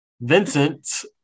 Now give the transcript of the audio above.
Vincent